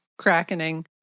krakening